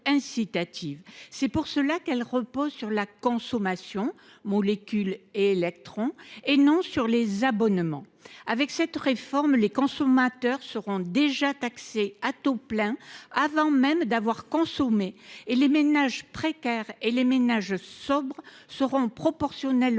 C’est pourquoi elle repose sur la consommation – molécules et électrons – et non sur les abonnements. Avec cette réforme, les consommateurs seront taxés à taux plein avant même d’avoir consommé ; les ménages précaires et les ménages sobres seront proportionnellement les